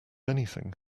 anything